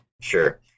Sure